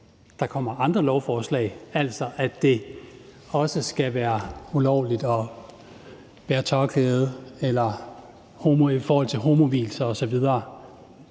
der kommer andre lovforslag, altså at det også skal være ulovligt at bære tørklæde eller noget i forhold til homovielser osv.